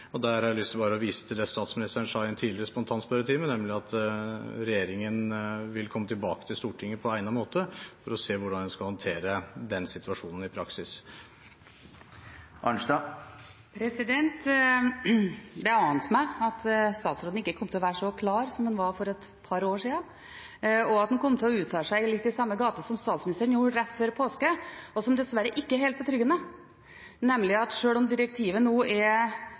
Der har jeg lyst til å vise til det statsministeren sa i en tidligere spontanspørretime, nemlig at regjeringen vil komme tilbake til Stortinget på egnet måte for å se hvordan en skal håndtere den situasjonen i praksis. Det ante meg at statsråden ikke kom til å være så klar som han var for et par år siden, og at han kom til å uttale seg litt i samme gate som statsministeren gjorde rett før påske, og som dessverre ikke er helt betryggende, nemlig at sjøl om direktivet nå er